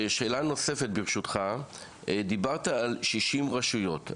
שאלה נוספת, ברשותך: דיברת על כ-60 רשויות.